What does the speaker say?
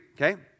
okay